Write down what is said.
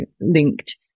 linked